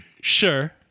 Sure